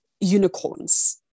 unicorns